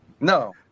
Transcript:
No